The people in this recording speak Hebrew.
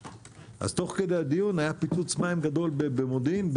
תוך כדי הדיון היה פיצוץ מים גדול ברעות.